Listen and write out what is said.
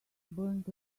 burned